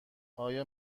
آیا